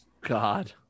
God